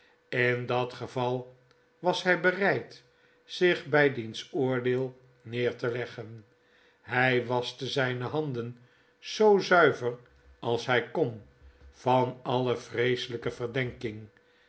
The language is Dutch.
in dat geval was hy bereid zich bij diens oordeel neer te leggen hjj waschte zijne handen zoo zuiver als hy kon van alle vreeselpe verdenking